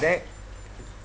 that